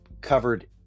covered